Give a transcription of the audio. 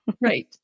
Right